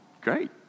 great